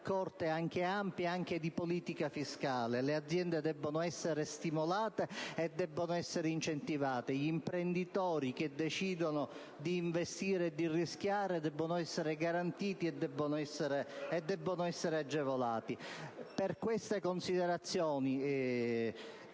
accorte, anche estese, di politica fiscale. Le aziende devono essere stimolate e incentivate. Gli imprenditori che decidono di investire e di rischiare devono essere garantiti ed agevolati. Per queste considerazioni,